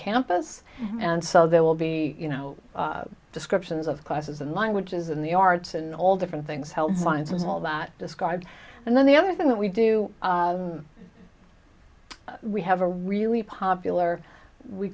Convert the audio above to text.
campus and so there will be you know descriptions of classes and languages and the arts and all different things help find them all that describe and then the other thing that we do we have a really popular we